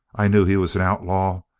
i knew he was an outlaw.